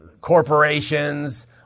corporations